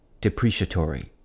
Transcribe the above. depreciatory